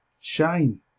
shine